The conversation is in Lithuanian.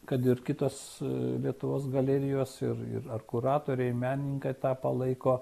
kad ir kitos lietuvos galerijos ir ir ar kuratoriai menininkai tą palaiko